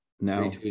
Now